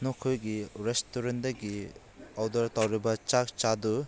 ꯅꯈꯣꯏꯒꯤ ꯔꯦꯁꯇꯨꯔꯦꯟꯗꯒꯤ ꯑꯣꯗꯔ ꯇꯧꯔꯤꯕ ꯆꯥꯛ ꯆꯥꯗꯨ